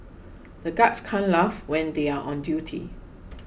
the guards can't laugh when they are on duty